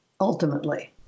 ultimately